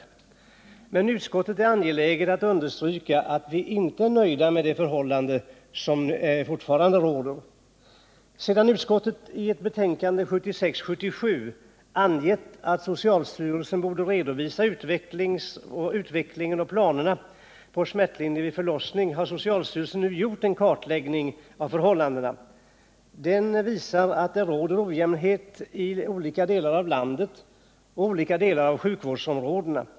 Utskottet finner det emellertid angeläget att understryka att det inte är nöjt med de rådande förhållandena. Sedan utskottet i ett betänkande 1976/77 angett att socialstyrelsen borde redovisa utvecklingen och planerna när det gäller smärtlindring vid förlossning har socialstyrelsen nu gjort en kartläggning av förhållandena. Denna visar att det råder ojämnhet i olika delar av landet och i olika delar av sjukvårdsområdena.